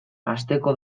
asteko